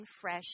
fresh